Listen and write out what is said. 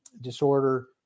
disorder